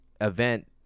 event